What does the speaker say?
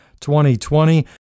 2020